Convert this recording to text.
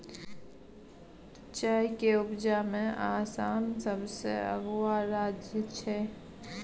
चाय के उपजा में आसाम सबसे अगुआ राज्य छइ